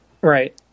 Right